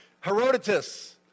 Herodotus